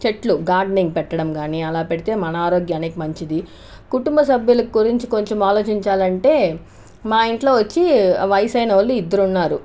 చెట్లు గార్డెనింగ్ పెట్టడం గాని అలా పెడితే మన ఆరోగ్యానికి మంచిది కుటుంబ సభ్యులకు గురించి కొంచెం ఆలోచించాలంటే మా ఇంట్లో వచ్చి వయసైన వాళ్ళు ఇద్దరు ఉన్నారు